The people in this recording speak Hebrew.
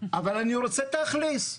אבל אני רוצה תכלס.